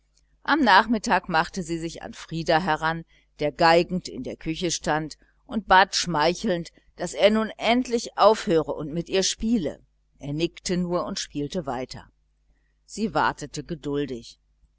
am nachmittag machte sie sich an frieder heran der geigend in der küche stand und bat schmeichelnd daß er nun endlich aufhöre und mit ihr spiele er nickte nur und spielte weiter sie wartete geduldig